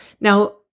Now